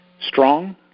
strong